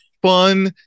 fun